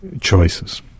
choices